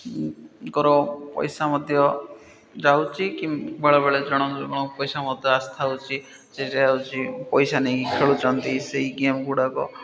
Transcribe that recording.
ଙ୍କର ପଇସା ମଧ୍ୟ ଯାଉଛି କି ବେଳେବେଳେ ଜଣ ଜଣ ପଇସା ମଧ୍ୟ ଆସିଥାଉଛି ସେଟା ହେଉଛି ପଇସା ନେଇକି ଖେଳୁଛନ୍ତି ସେଇ ଗେମ୍ ଗୁଡ଼ାକ